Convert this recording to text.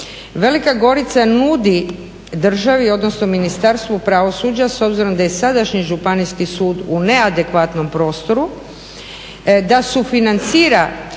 Velika Gorica nudi državi odnosno Ministarstvu pravosuđa s obzirom da je sadašnji županijski sud u neadekvatnom prostoru da sufinancira